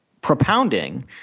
propounding